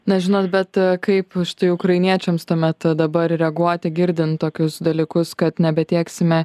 na žinot bet kaip štai ukrainiečiams tuomet dabar reaguoti girdint tokius dalykus kad nebetieksime